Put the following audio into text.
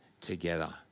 together